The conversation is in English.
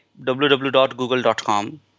www.google.com